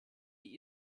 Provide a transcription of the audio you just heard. die